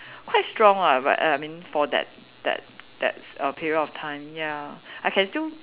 quite strong lah but I mean for that that that s~ a period of time ya I can still